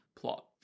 Plot